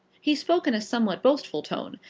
he spoke in a somewhat boastful tone,